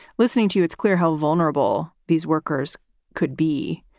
listening to you, it's clear how vulnerable these workers could be.